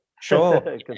Sure